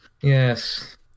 Yes